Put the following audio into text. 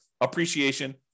appreciation